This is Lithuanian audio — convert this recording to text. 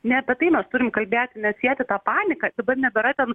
ne apie tai mes turim kalbėti nesieti tą paniką dabar nebėra ten